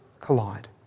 collide